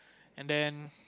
and then